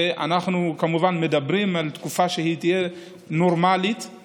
ואנחנו מדברים כמובן על תקופה שתהיה נורמלית.